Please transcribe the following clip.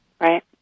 Right